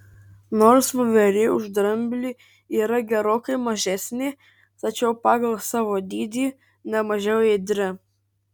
nors voverė už dramblį yra gerokai mažesnė tačiau pagal savo dydį ne mažiau ėdri